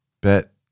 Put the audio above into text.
Bet